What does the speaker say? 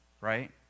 right